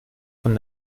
von